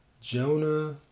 Jonah